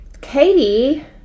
Katie